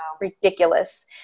ridiculous